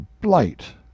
blight